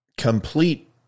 complete